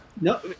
no